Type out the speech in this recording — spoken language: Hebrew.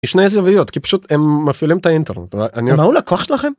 יש מלא זוויות כי פשוט הם מפעילים את האינטרנט, אבל ההוא לקוח שלכם?